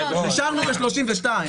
נשארנו ב-32.